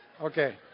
Okay